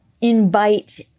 invite